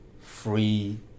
free